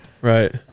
Right